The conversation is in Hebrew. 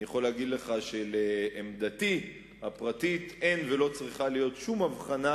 אני יכול להגיד לך שעמדתי הפרטית היא שאין ולא צריכה להיות שום הבחנה